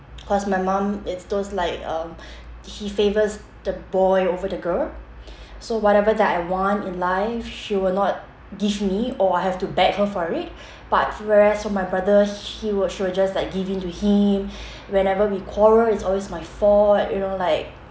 cause my mum it's those like um he favours the boy over the girl so whatever that I want in life she will not give me or I have to beg her for it but whereas for my brother he would she will just like give it to him whenever we quarrel it's always my fault you know like